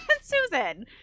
Susan